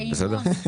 בסדר?